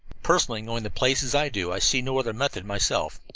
personally, knowing the place as i do, i see no other method myself.